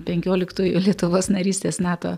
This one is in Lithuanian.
penkioliktųjų lietuvos narystės nato